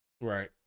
Right